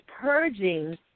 purging